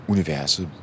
Universet